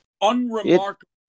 unremarkable